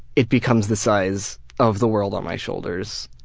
it becomes the size of the world on my shoulders,